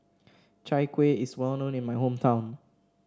Chai Kuih is well known in my hometown